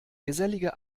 gesellige